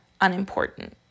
unimportant